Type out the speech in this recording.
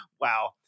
wow